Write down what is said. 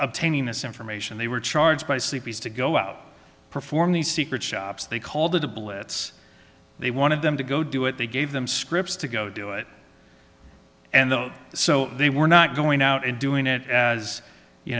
obtaining this information they were charged by c p s to go out perform these secret shops they called it a blitz they wanted them to go do it they gave them scripts to go do it and the so they were not going out and doing it as you